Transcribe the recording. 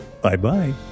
Bye-bye